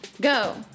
Go